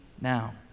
now